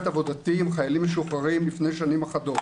עבודתי עם חיילים משוחררים לפני שנים אחדות.